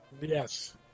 Yes